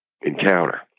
encounter